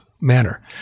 manner